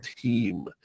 team